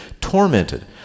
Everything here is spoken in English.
tormented